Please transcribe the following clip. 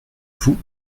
vous